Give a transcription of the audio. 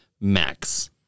Max